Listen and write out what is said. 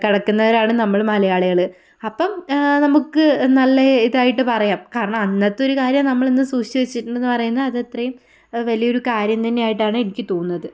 കടക്കുന്നവരാണ് നമ്മൾ മലയാളികൾ അപ്പം നമുക്ക് നല്ല ഇതായിട്ടു പറയാം കാരണം അന്നത്തൊരു കാര്യം നമ്മളിന്ന് സൂക്ഷിച്ച് വെച്ചിട്ടുണ്ടെന്ന് പറയുന്ന അത് അത്രയും വലിയൊരു കാര്യം തന്നെ ആയിട്ടാണ് എനിക്കു തോന്നുന്നത്